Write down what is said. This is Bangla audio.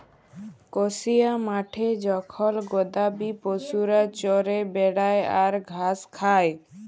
কসিয়া মাঠে জখল গবাদি পশুরা চরে বেড়ায় আর ঘাস খায়